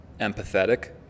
empathetic